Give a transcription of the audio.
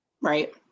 Right